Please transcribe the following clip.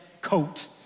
coat